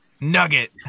Nugget